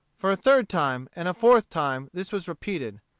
for a third time, and a fourth time, this was repeated.